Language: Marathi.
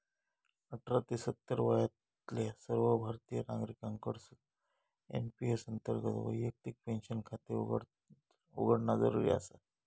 अठरा ते सत्तर वयातल्या सर्व भारतीय नागरिकांकडसून एन.पी.एस अंतर्गत वैयक्तिक पेन्शन खाते उघडणा जरुरी आसा